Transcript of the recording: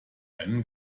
einen